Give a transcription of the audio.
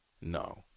No